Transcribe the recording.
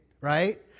right